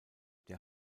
der